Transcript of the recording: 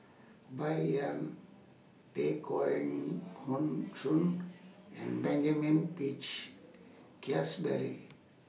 Bai Yan Tay Kheng Hoon Soon and Benjamin Peach Keasberry